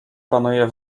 panuje